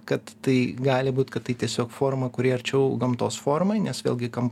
kad tai gali būt kad tai tiesiog forma kuri arčiau gamtos formai nes vėlgi kam